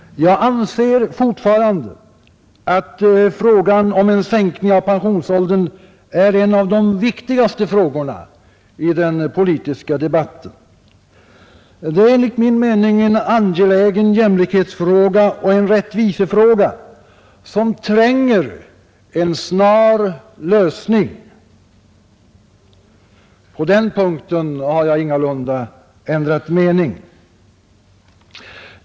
Jag anser fortfarande att en sänkning av pensionsåldern är en av de viktigaste frågorna i den politiska debatten. Det är enligt min mening både en angelägen jämlikhetsoch rättvisefråga som kräver en snar lösning. På den punkten har jag ingalunda ändrat mening.